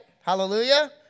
Hallelujah